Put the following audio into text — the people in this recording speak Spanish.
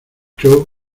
show